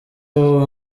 wowe